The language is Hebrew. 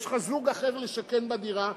יש לך זוג אחר לשכן בדירה,